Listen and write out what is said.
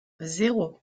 zéro